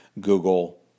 Google